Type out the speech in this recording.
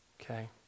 Okay